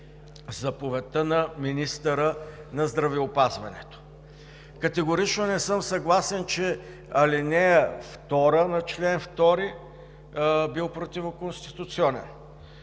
заповедта на министъра на здравеопазването. Категорично не съм съгласен, че ал. 2 на чл. 2 е противоконституционен.